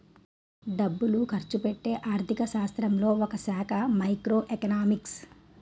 డబ్బులు ఖర్చుపెట్టే ఆర్థిక శాస్త్రంలో ఒకశాఖ మైక్రో ఎకనామిక్స్